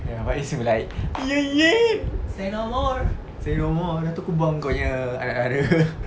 ya faiz would be like !ee! !ee! say no more dah tu aku buang kau nya anak dara